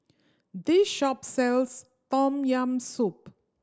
this shop sells Tom Yam Soup